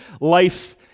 life